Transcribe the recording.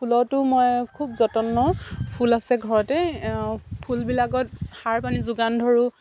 ফুলতো মই খুব যতন লওঁ ফুল আছে ঘৰতে ফুলবিলাকত সাৰ পানী যোগান ধৰোঁ